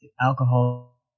alcohol